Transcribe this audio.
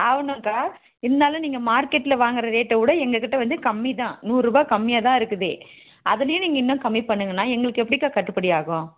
ஆகணும்க்கா இருந்தாலும் நீங்கள் மார்க்கெட்டில் வாங்கிற ரேட்டை விட எங்கள் கிட்டே வந்து கம்மிதான் நூறுரூபா கம்மியாகதான் இருக்குதே அதுலேயும் நீங்கள் இன்னும் கம்மி பண்ணுங்கன்னால் எங்களுக்கு எப்படிக்கா கட்டுப்படி ஆகும்